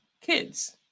kids